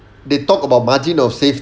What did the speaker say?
they talk about margin of safe~